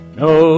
no